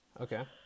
Okay